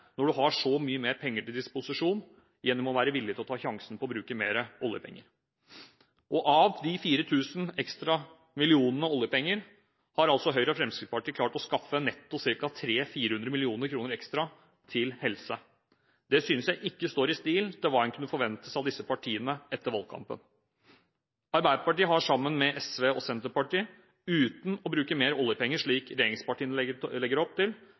når du har så mye mer penger til disposisjon gjennom å være villig til å ta sjansen på å bruke mer oljepenger. Av fire tusen millioner ekstra oljepenger har Høyre og Fremskrittspartiet klart å skaffe netto ca. 3–400 mill. kr ekstra til helse. Det synes jeg ikke står i stil med hva en kunne forvente seg av disse partiene etter valgkampen. Arbeiderpartiet har – sammen med SV og Senterpartiet – uten å bruke mer oljepenger, slik regjeringspartiene legger opp til,